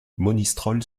monistrol